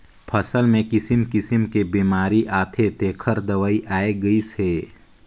फसल मे किसिम किसिम के बेमारी आथे तेखर दवई आये गईस हे